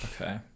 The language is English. Okay